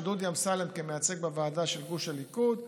של דודי אמסלם כמייצג בוועדה של גוף הליכוד.